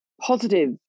positive